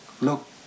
look